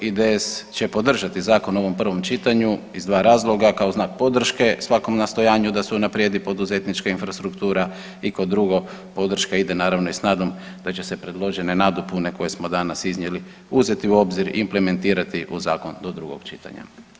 IDS će podržati zakon u ovom prvom čitanju iz dva razloga, kao znak podrške svakom nastojanju da se unaprijedi poduzetnička infrastruktura i kao drugo podrška ide naravno i s nadom da će se predložene nadopune koje smo danas iznijeli uzeti u obzir, implementirati u zakon do drugom čitanja.